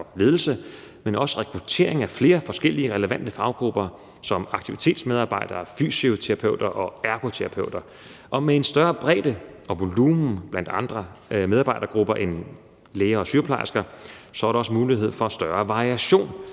men også rekruttering af flere forskellige relevante faggrupper som aktivitetsmedarbejdere, fysioterapeuter og ergoterapeuter. Og med en større bredde og volumen blandt andre medarbejdergrupper end læger og sygeplejersker er der også mulighed for at få større variation,